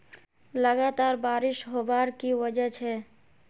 लगातार बारिश होबार की वजह छे?